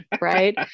right